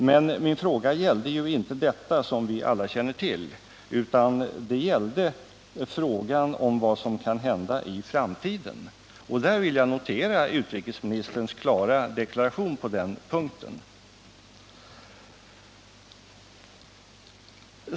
Men min fråga gällde inte detta som vi alla känner till, utan frågan gällde vad som kan hända i framtiden. Och jag vill notera utrikesministerns klara deklaration på den punkten.